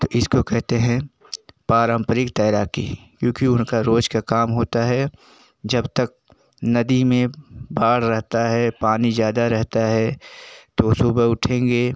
तो इसको कहते है पारंपरिक तैराकी क्योंकि उनका रोज़ का काम होता है जब तक नदी में बाढ़ रहती है पानी ज़्यादा रहता है तो सुबह उठेंगे